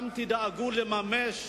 תדאגו לממש